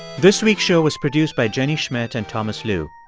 this week's show was produced by jenny schmidt and thomas lu.